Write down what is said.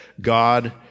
God